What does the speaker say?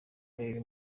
karere